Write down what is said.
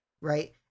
right